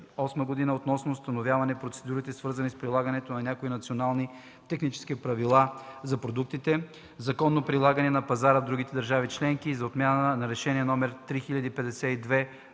относно установяване на процедурите, свързани с прилагането на някои национални технически правила за продукти, законно предлагани на пазара в други държави-членки, и за отмяна на Решение №